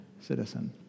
citizen